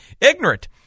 ignorant